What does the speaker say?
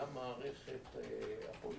למערכת הפוליטית,